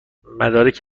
مدارک